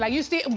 like you see?